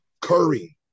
curry